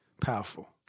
powerful